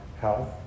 health